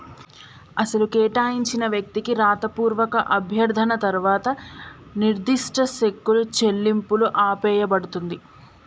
అసలు కేటాయించిన వ్యక్తికి రాతపూర్వక అభ్యర్థన తర్వాత నిర్దిష్ట సెక్కులు చెల్లింపులు ఆపేయబడుతుంది